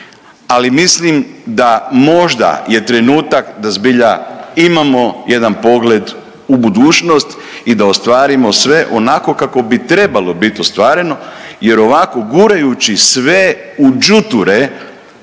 ali mislim da možda je trenutak da zbilja imamo jedan pogled u budućnost i da ostvarimo sve onako kako bi trebalo bit ostvareno jer ovako gurajući sve u đuture